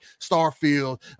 Starfield